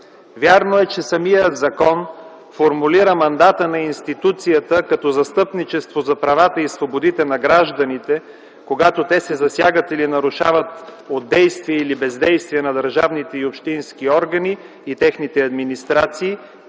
Вярно е, че самият закон формулира мандата на институцията като застъпничество за правата и свободите на гражданите, когато те се засягат или нарушават от действия или бездействия на държавните и общински органи и техните администрации,